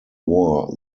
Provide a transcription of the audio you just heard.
war